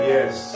Yes